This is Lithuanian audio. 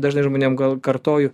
dažnai žmonėm kartoju